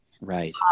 right